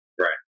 Right